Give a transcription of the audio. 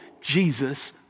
Jesus